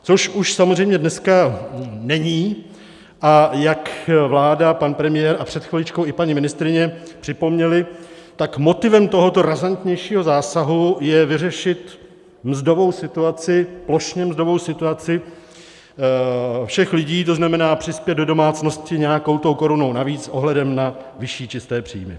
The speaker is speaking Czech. Což už samozřejmě dneska není a jak vláda, pan premiér a před chviličkou i paní ministryně připomněli, tak motivem tohoto razantnějšího zásahu je vyřešit plošně mzdovou situaci všech lidí, tzn. přispět do domácnosti nějakou tou korunou navíc s ohledem na vyšší čisté příjmy.